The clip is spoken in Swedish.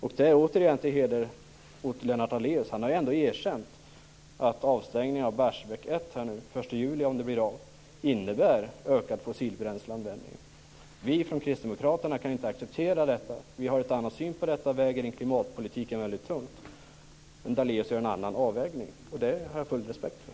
Det länder återigen Lennart Daléus till heder att han ändå har erkänt att avstängningen av Barsebäck den 1 juli, om den blir av, innebär ökad fossilbränsleanvändning. Vi från kristdemokraterna kan inte acceptera detta. Vi har en annan syn på detta och väger in klimatpolitiken väldigt tungt. Daléus gör en annan avvägning. Det har jag full respekt för.